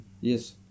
Yes